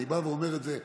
אני בא ואומר את זה הפוך.